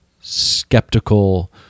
skeptical